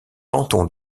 canton